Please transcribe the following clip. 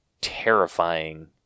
terrifying